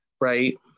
Right